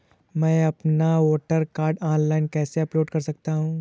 मैं अपना voter card online कैसे अपलोड कर सकता हूँ?